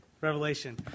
Revelation